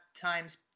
times